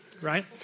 right